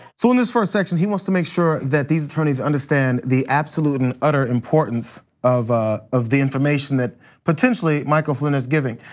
so in this first section, he wants to make sure that these attorneys understand the absolute and utter importance of ah of the information that potentially michael flynn is giving.